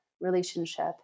relationship